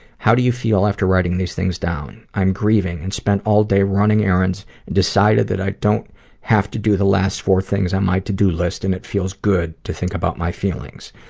how do you feel after writing these things down? i'm grieving and spent all day running errands and decided that i don't have to do the last four things on my to do list and it feels good to think about my feelings,